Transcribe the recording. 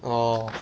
orh